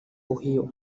ohio